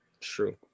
True